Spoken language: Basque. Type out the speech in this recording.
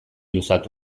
luzatu